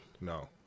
No